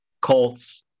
Colts